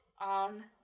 on